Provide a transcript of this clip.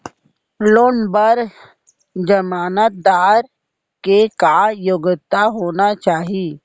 Loan बर जमानतदार के का योग्यता होना चाही?